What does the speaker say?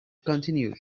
continued